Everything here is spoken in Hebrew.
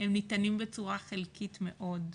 הם ניתנים בצורה חלקית מאוד,